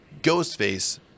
Ghostface